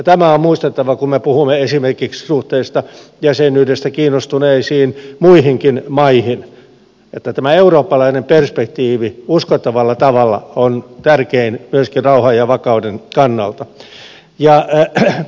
tämä on muistettava kun me puhumme esimerkiksi suhteista muihinkin jäsenyydestä kiinnostuneisiin maihin että tämä eurooppalainen perspektiivi uskottavalla tavalla on tärkein myöskin rauhan ja vakauden kannalta